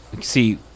see